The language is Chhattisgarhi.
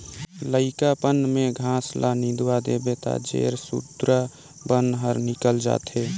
लइकापन में घास ल निंदवा देबे त जेर सुद्धा बन हर निकेल जाथे